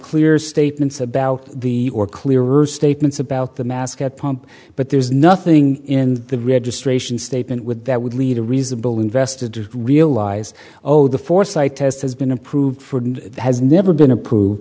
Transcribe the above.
clear statements about the or clear or statements about the mascot pump but there's nothing in the registration statement with that would lead a reasonable invested to realize oh the foresight test has been approved for and has never been approved